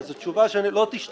אז התשובה שלי לא תשתנה,